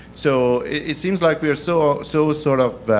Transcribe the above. so it seems like we are so so sort of